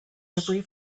every